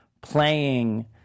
playing –